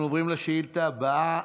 אנחנו עוברים לשאילתה הבאה,